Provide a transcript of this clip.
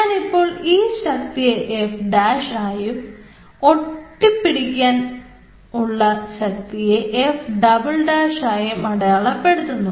ഞാനിപ്പോൾ ഈ ശക്തിയെ F' ആയും ഒട്ടി പിടിക്കാനുള്ള ശക്തിയെ F" ആയും അടയാളപ്പെടുത്തുന്നു